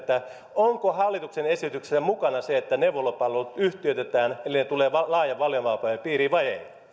onko hallituksen esityksessä mukana se että neuvolapalvelut yhtiöitetään eli ne tulevat laajan valinnanvapauden piiriin vai